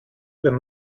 wenn